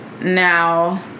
now